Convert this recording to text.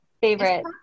favorite